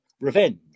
revenge